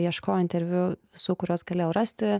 ieškojau interviu visų kuriuos galėjau rasti